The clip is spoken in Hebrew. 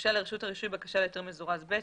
הוגשה לרשות הרישוי בקשה להיתר מזורז ב',